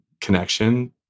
connection